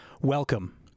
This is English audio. welcome